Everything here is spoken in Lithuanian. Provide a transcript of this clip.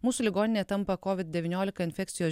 mūsų ligoninė tampa covid devyniolika infekcijos